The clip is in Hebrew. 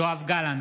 יואב גלנט,